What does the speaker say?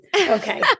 okay